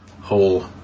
whole